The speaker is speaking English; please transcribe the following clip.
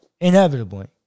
inevitably